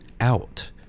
out